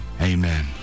amen